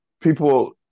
people